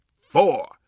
four